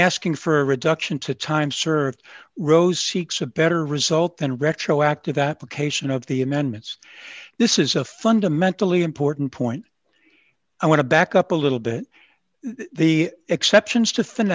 asking for a reduction to time served rose seeks a better result in retroactive application of the amendments this is a fundamentally important point i want to back up a little bit the exceptions to